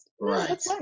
right